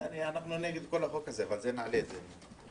אנחנו נגד כל החוק הזה, אבל נעלה את זה.